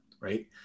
right